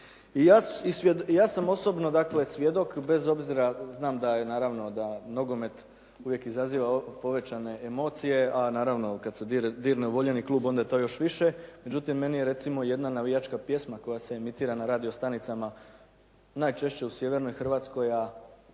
ja sam osobno dakle svjedok bez obzira znam da je naravno da nogomet uvijek izaziva povećane emocije, a naravno kad se dirne u voljeni klub onda je to još više. Međutim, meni je recimo jedna navijačka pjesma koja se emitira na radio stanicama najčešće u sjevernoj Hrvatskoj,